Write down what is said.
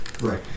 Right